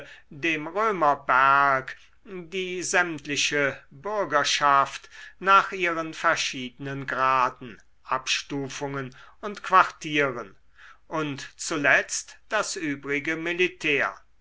dem römerberg die sämtliche bürgerschaft nach ihren verschiedenen graden abstufungen und quartieren und zuletzt das übrige militär